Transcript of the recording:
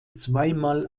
zweimal